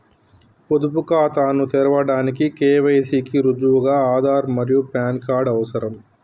పొదుపు ఖాతాను తెరవడానికి కే.వై.సి కి రుజువుగా ఆధార్ మరియు పాన్ కార్డ్ అవసరం